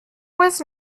was